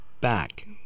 back